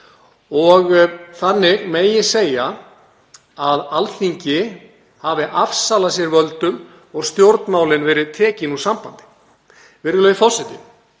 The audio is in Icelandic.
Þannig megi segja að Alþingi hafi afsalað sér völdum og stjórnmálin verið tekin úr sambandi. Virðulegi forseti.